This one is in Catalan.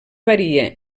varia